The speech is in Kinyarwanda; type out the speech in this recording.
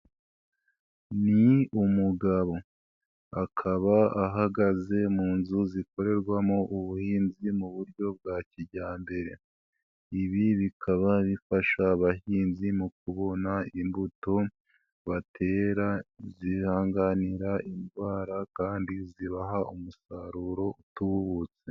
Ni umugabo, akaba ahagaze mu nzu zikorerwamo ubuhinzi mu buryo bwa kijyambere, ibi bikaba bifasha abahinzi mu kubona imbuto batera zihanganira indwara kandi zibaha umusaruro utubutse.